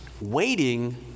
waiting